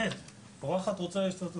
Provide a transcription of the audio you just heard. לך.